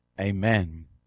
amen